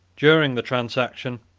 during the transaction,